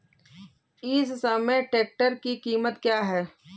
इस समय ट्रैक्टर की कीमत क्या है?